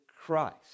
Christ